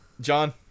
John